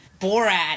Borat